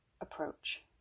approach